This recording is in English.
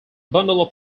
bundle